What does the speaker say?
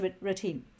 routine